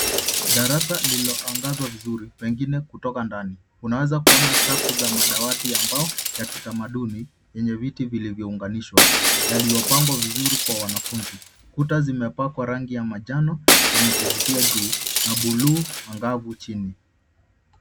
Darasa lililoangazwa vizuri pengine kutoka ndani. Unaweza kuona safu za madawati ya mbao ya kitamaduni yenye viti vilivyounganishwa yaliyopangwa vizuri kwa wanafunzi. Kuta zimpakwa rangi ya manjano yenye kuvutia juu na buluu angavu chini.